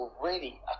already